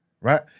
Right